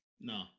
No